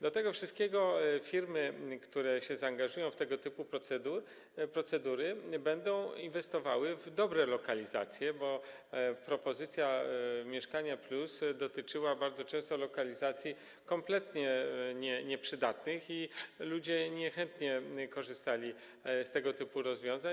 Do tego wszystkiego firmy, które zaangażują się w tego typu procedury, będą inwestowały w dobre lokalizacje, bo propozycja „Mieszkanie+” dotyczyła bardzo często lokalizacji kompletnie nieprzydatnych i ludzie niechętnie korzystali z tego typu rozwiązań.